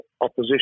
opposition